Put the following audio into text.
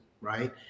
right